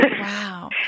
Wow